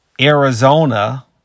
Arizona